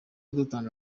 dutanga